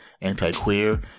anti-queer